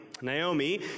Naomi